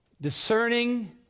discerning